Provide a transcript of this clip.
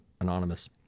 Anonymous